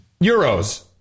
euros